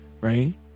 right